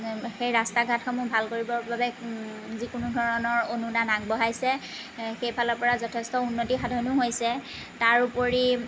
সেই ৰাস্তা ঘাটসমূহ ভাল কৰিবৰ বাবে যিকোনো ধৰণৰ অনুদান আগবঢ়াইছে সেইফালৰ পৰা যথেষ্ট উন্নতি সাধনো হৈছে তাৰোপৰি